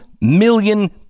million